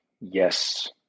Yes